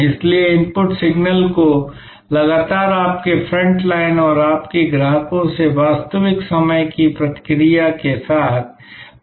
इसलिए input signal को लगातार आपके फ्रंट लाइन और आपके ग्राहकों से वास्तविक समय की प्रतिक्रिया के साथ पुनर्गणना होना चाहिए